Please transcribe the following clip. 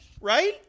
right